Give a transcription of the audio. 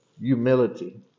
humility